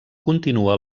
continua